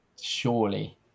surely